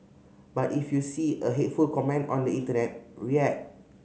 but if you see a hateful comment on the internet react